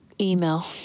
email